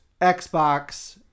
Xbox